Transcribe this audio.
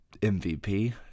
MVP